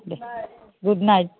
De good night